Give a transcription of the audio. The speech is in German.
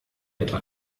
etwa